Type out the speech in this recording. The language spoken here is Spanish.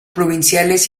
provinciales